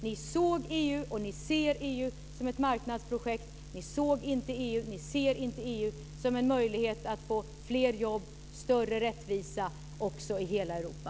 Ni såg EU och ni ser EU som ett marknadsprojekt. Ni såg inte EU och ni ser inte EU som en möjlighet att få fler jobb och större rättvisa i hela Europa.